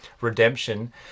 redemption